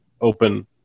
open